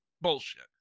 Bullshit